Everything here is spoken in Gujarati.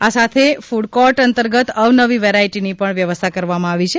આ સાથે ફડકોર્ટ અંતર્ગત અવનવી વેરાયટીની પણ વ્યવસ્થા કરવામાં આવી છે